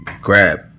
grab